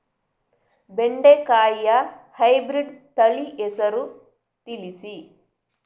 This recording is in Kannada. ಬೆಂಡೆಕಾಯಿಯ ಹೈಬ್ರಿಡ್ ತಳಿ ಹೆಸರು ತಿಳಿಸಿ?